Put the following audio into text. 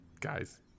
guys